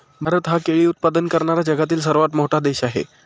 भारत हा केळी उत्पादन करणारा जगातील सर्वात मोठा देश आहे